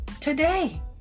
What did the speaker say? today